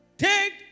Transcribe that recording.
Take